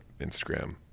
Instagram